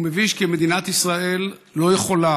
הוא מביש, כי מדינת ישראל לא יכולה,